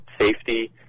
safety